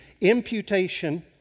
Imputation